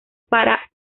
para